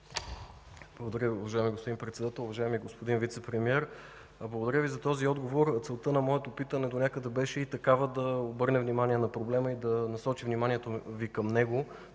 Благодаря, уважаеми господин Председател. Уважаеми господин Вицепремиер, благодаря Ви за този отговор. Целта на моето питане донякъде беше и такава да обърна внимание на проблема и да насоча вниманието Ви към него,